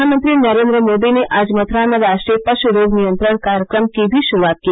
प्रधानमंत्री नरेन्द्र मोदी ने आज मथुरा में राष्ट्रीय पशु रोग नियंत्रण कार्यक्रम की भी शुरूआत की